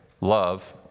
love